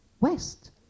west